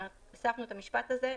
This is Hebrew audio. בסדר?